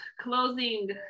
closing